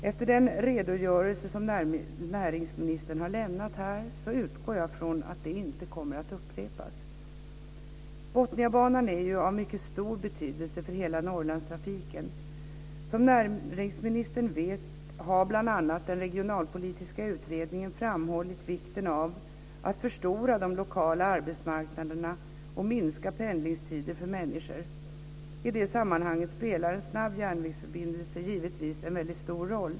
Efter den redogörelse som näringsministern har lämnat här utgår jag ifrån att det inte kommer att upprepas. Botniabanan är ju av mycket stor betydelse för hela Norrlandstrafiken. Som näringsministern vet har bl.a. den regionalpolitiska utredningen framhållit vikten av att förstora de lokala arbetsmarknaderna och minska pendlingstiderna för människorna. I det sammanhanget spelar en snabb järnvägsförbindelse givetvis en väldigt stor roll.